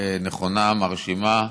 נכונה, מרשימה.